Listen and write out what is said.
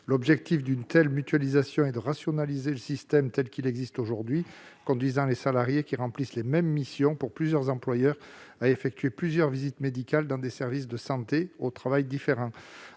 L'objectif de cette mutualisation est de rationaliser le système tel qu'il existe aujourd'hui, lequel conduit les salariés qui remplissent les mêmes missions pour plusieurs employeurs à effectuer plusieurs visites médicales dans des services de santé au travail différents.